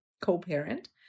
co-parent